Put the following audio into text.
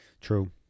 true